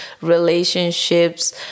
relationships